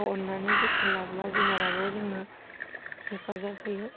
अन्नानै जोथोन लाब्ला जुनाराबो जोंनो हेफाजाब होयो